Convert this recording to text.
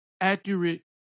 accurate